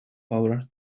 power